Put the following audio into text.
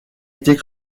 été